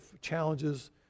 challenges